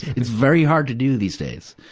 it's very hard to do these days.